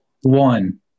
one